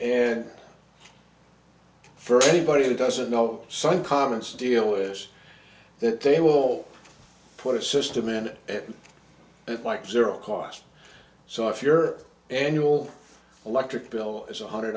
and first anybody who doesn't know some common steel is that they will put a system in it like zero cost so if your annual electric bill is one hundred